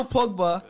Pogba